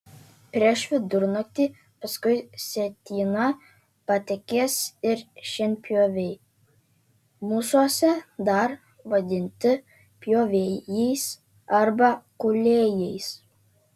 prieš vidurnaktį paskui sietyną patekės ir šienpjoviai mūsuose dar vadinti pjovėjais arba kūlėjais